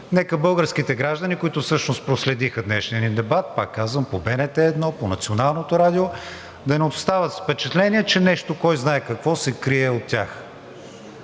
Нека българските граждани, които всъщност проследиха днешния ни дебат, пак казвам, по БНТ 1, по Националното радио, да не остават с впечатление, че нещо кой знае какво се крие от тях.